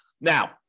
Now